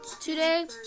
today